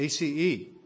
ACE